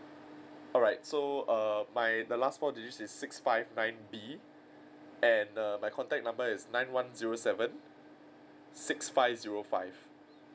alright so err my the last four digit is six five nine B and err my contact number is nine one zero seven six five zero five